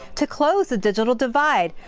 to close the digital divide.